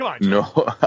No